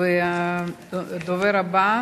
הדובר הבא,